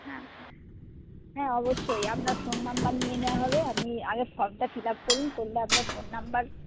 হ্যাঁ হ্যাঁ হ্যাঁ অবশ্যই আপনার ফোন নম্বর নিয়ে নেওয়া হবে আপনি আগে ফর্মটা ফিল আপ করুন করলে আপনার ফোন নম্বর